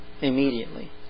Immediately